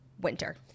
winter